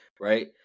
right